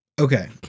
Okay